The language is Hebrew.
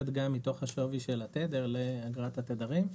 גם מתוך השווי של התדר לאגרת ההתדרים.